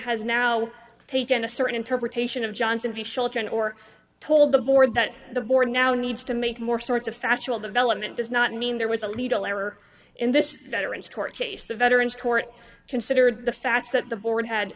has now taken a certain interpretation of johnson v shelton or told the board that the board now needs to make more sorts of factual development does not mean there was a legal error in this veterans court case the veterans court considered the fact that the board had